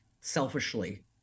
selfishly